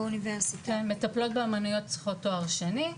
מטפלות באומנויות צריכות תואר שני,